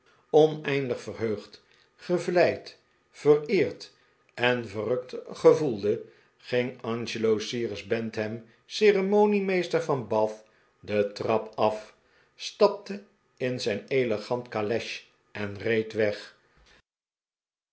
oneindig verheugd gevleid vereerd en verrukt gevoelde ging angelo cyrus bantam ceremoniemeester van bath de trap af stapte in zijn elegante caleche en reed weg